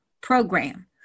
program